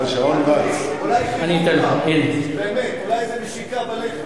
אולי איזה נשיקה בלחי.